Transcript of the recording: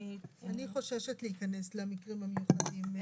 אני חוששת להיכנס למקרים המיוחדים.